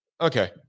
okay